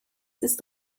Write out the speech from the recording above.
ist